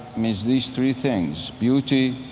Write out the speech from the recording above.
means these three things beauty,